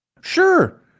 Sure